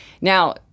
Now